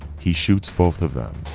he shoots both of them.